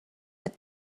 but